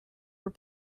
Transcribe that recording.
were